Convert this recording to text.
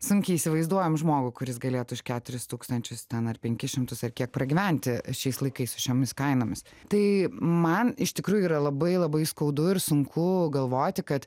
sunkiai įsivaizduojam žmogų kuris galėtų už keturis tūkstančius ten ar penkis šimtus ar kiek pragyventi šiais laikais su šiomis kainomis tai man iš tikrųjų yra labai labai skaudu ir sunku galvoti kad